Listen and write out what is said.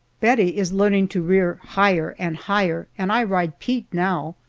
bettie is learning to rear higher and higher, and i ride pete now.